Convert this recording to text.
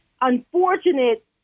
unfortunate